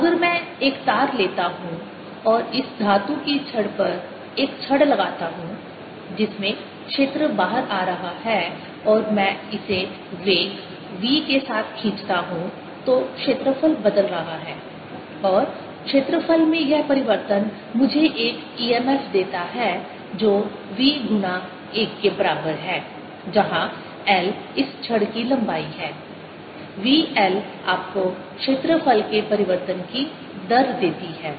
अगर मैं एक तार लेता हूं और इस धातु की छड़ पर एक छड़ लगाता हूं जिसमें क्षेत्र बाहर आ रहा है और मैं इसे वेग v के साथ खींचता हूं तो क्षेत्रफल बदल रहा है और क्षेत्रफल में यह परिवर्तन मुझे एक emf देता है जो v गुणा l के बराबर है जहां l इस छड़ की लंबाई है vl आपको क्षेत्रफल के परिवर्तन की दर देती है